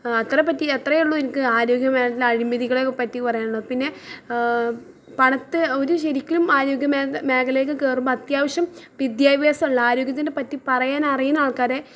അത്രെ പറ്റി അത്രെ ഉളളൂ എനിക്ക് ആരോഗ്യ മേഘല അഴിമതികളെപ്പറ്റി പറയാനുള്ളത് പിന്നെ പണത്തെ ഒര് ശെരിക്കും ആരോഗ്യ മേഗ് മേഘലയിലേക്ക് കയറുമ്പം അത്യാവശ്യം വിദ്യാഭ്യാസമുള്ള ആരോഗ്യത്തെപ്പറ്റി പറയാനറിയുന്ന ആൾക്കാരെ